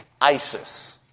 Isis